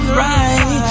right